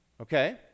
okay